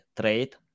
trade